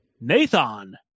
Nathan